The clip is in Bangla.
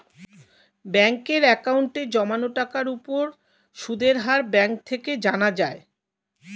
ব্যাঙ্কের অ্যাকাউন্টে জমানো টাকার উপর সুদের হার ব্যাঙ্ক থেকে জানা যায়